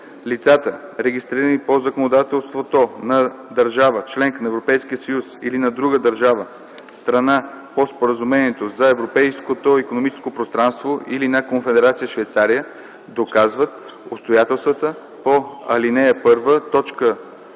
Лицата, регистрирани по законодателството на държава – членка на Европейския съюз, или на друга държава – страна по Споразумението за Европейското икономическо пространство или на Конфедерация Швейцария, доказват обстоятелствата по ал. 1,